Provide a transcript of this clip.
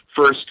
First